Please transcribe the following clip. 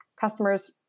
customers